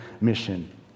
mission